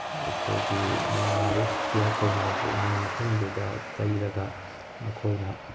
ꯑꯩꯈꯣꯏꯒꯤ ꯅꯥꯔꯤꯕ ꯈꯅꯥꯎ ꯄꯣꯝꯃꯤꯕ ꯃꯐꯝꯗꯨꯗ ꯇꯩꯔꯒ ꯃꯈꯣꯏꯅ